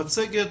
את המצגת,